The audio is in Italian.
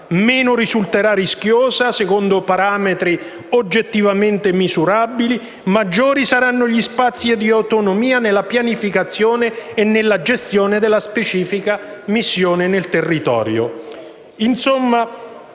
Meno risulterà rischiosa, secondo parametri oggettivamente misurabili, e maggiori saranno gli spazi di autonomia nella pianificazione e nella gestione della specifica missione nel territorio.